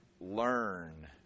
learn